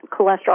cholesterol